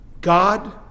God